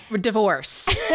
Divorce